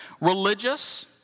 Religious